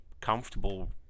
comfortable